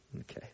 Okay